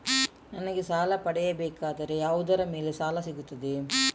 ನನಗೆ ಸಾಲ ಪಡೆಯಬೇಕಾದರೆ ಯಾವುದರ ಮೇಲೆ ಸಾಲ ಸಿಗುತ್ತೆ?